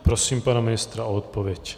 Prosím pana ministra o odpověď.